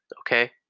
Okay